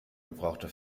gebrauchte